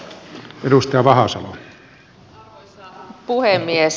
arvoisa puhemies